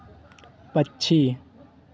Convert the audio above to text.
पक्षी